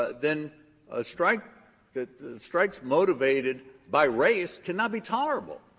ah then a strike that strikes motivated by race cannot be tolerable.